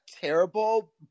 terrible